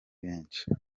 benshi